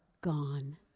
gone